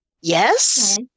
Yes